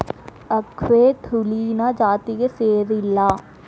buckwheat ಹುಲ್ಲಿನ ಜಾತಿಗೆ ಸೇರಿಲ್ಲಾ